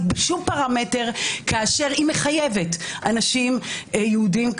בשום פרמטר כאשר היא מחייבת אנשים יהודים,